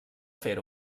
fer